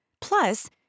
Plus